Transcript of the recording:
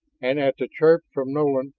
and at the chirp from nolan,